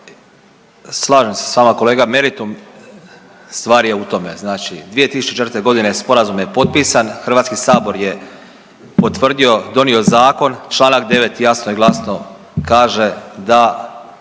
Slažem se s vama kolega. Meritum stvari je u tome. Znači 2004. godine sporazum je potpisan. Hrvatski sabor je potvrdio, donio Zakon, članak 9. jasno i glasno kaže da